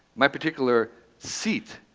my particular seat.